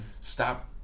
Stop